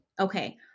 Okay